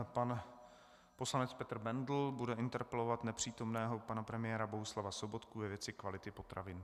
Pan poslanec Petr Bendl bude interpelovat nepřítomného pana premiéra Bohuslava Sobotku ve věci kvality potravin.